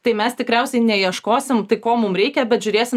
tai mes tikriausiai neieškosim tai ko mum reikia bet žiūrėsim